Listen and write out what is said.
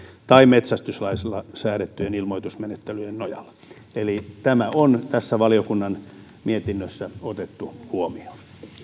tai metsästyslaissa säädettyjen ilmoitusmenettelyjen nojalla eli tämä on tässä valiokunnan mietinnössä otettu huomioon